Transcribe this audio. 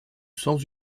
sans